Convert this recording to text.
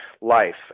life